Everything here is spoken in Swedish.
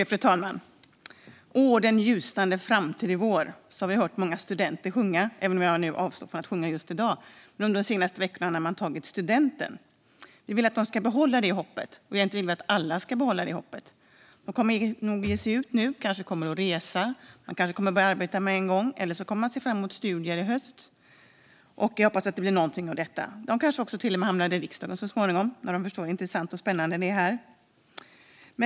Fru talman! "Den ljusnande framtid är vår" har vi hört många sjunga då de har tagit studenten, även om jag själv avstår från att sjunga just i dag. Vi vill att de ska behålla det hoppet, och egentligen vill vi att alla ska behålla det hoppet. De nyblivna studenterna kommer nog att ge sig ut nu. Kanske kommer de att resa. En del kanske kommer att börja arbeta med en gång eller kan se fram emot studier i höst. Jag hoppas att det blir någonting av detta. De kanske till och med hamnar i riksdagen så småningom, när de förstår hur intressant och spännande det är här.